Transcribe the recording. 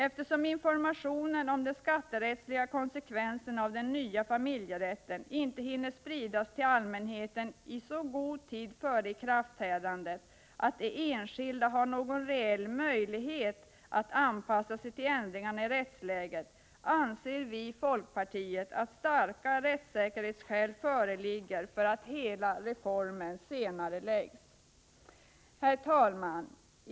Eftersom informationen om de skatterättsliga konsekvenserna av den nya familjerätten inte hinner spridas till allmänheten i så god tid före ikraftträdandet att de enskilda har någon reell möjlighet att anpassa sig till ändringarna i rättsläget, anser vi i folkpartiet att starka rättssäkerhetsskäl föreligger för att hela reformen senareläggs. Herr talman!